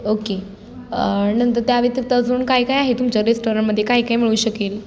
okay नंतर त्या व्यतिरिक्त अजून काय काय आहे तुमच्या रेस्टॉरंटमध्ये काय काय मिळू शकेल